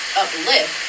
uplift